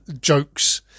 jokes